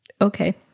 okay